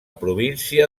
província